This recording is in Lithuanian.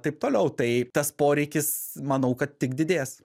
taip toliau tai tas poreikis manau kad tik didės